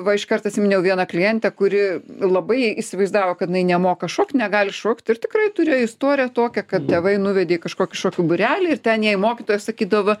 va iškart atsiminiau vieną klientę kuri labai įsivaizdavo kad nemoka šokt negali šokt ir tikrai turėjo istoriją tokią kad tėvai nuvedė į kažkokį šokių būrelį ir ten jai mokytoja sakydavo